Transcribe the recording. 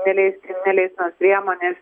neleis neleistinos priemonės